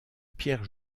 pierre